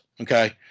okay